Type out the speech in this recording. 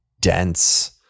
dense